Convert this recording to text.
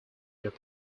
their